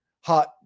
hot